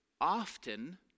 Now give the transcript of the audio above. often